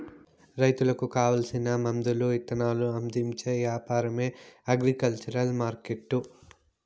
రైతులకు కావాల్సిన మందులు ఇత్తనాలు అందించే యాపారమే అగ్రికల్చర్ మార్కెట్టు